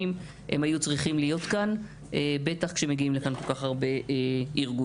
הם היו צריכים להיות כאן בטח שמגיעים לכאן כל כך הרבה ארגונים.